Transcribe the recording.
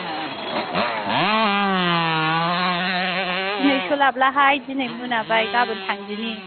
दिनै सोलाबलाहाय दिनै मोनाबाय गाबोन थांदिनि